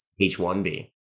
H1B